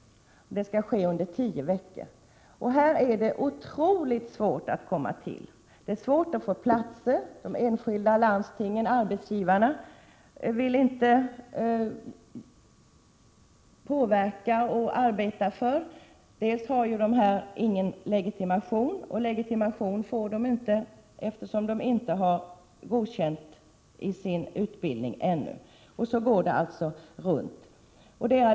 Detta skall ske under tio veckor. Här är det otroligt svårt att komma in. Det är svårt att få plats — de enskilda landstingen-arbetsgivarna vill inte arbeta för detta. De som skall tjänstgöra har ju ingen legitimation, och legitimation får de inte eftersom de inte har utbildningen godkänd ännu. På detta sätt går det alltså runt.